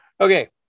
okay